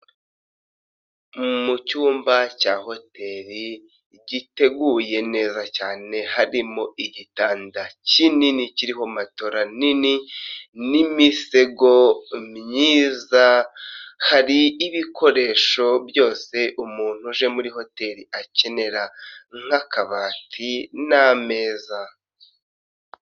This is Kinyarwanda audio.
Mu cyumba cya hoteli giteguye neza cyane harimo igitanda kinini kiriho matola nini n'imisego myiza, hari ibikoresho byose umuntu uje muri hoteli akenera nk'akabati n'ameza.